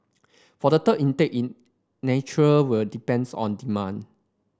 for the third intake in nature will depends on demand